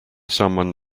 someone